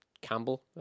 Campbell